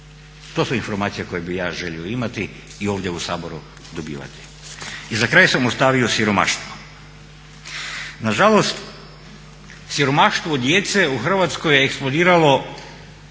To su informacije koje bi ja želio imati i ovdje u Saboru dobivati. I za kraj sam ostavio siromaštvo. Nažalost siromaštvo djece u Hrvatskoj je eksplodiralo